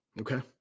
Okay